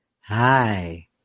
Hi